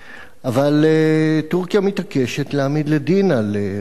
אבל טורקיה מתעקשת להעמיד לדין על רצח,